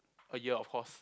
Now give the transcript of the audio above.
a year of course